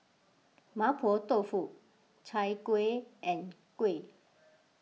Mapo Tofu Chai Kueh and Kuih